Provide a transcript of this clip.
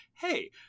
Hey